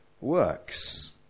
works